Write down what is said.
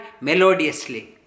melodiously